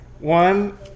One